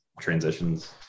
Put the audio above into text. transitions